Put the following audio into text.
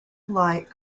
light